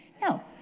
No